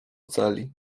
celi